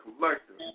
collective